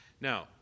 Now